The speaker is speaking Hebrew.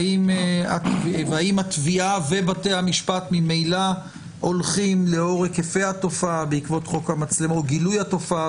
והאם התביעה ובתי המשפט ממילא הולכים לאור גילוי התופעה,